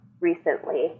recently